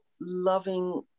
loving